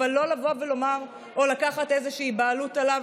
אבל לא לבוא ולומר או לקחת איזושהי בעלות עליו.